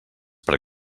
per